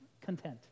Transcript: content